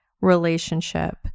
relationship